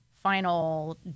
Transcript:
final